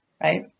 right